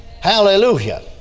Hallelujah